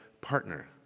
partner